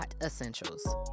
Essentials